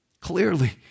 Clearly